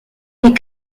est